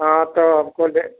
हाँ तो आपको ले